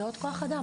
זה עוד כוח אדם.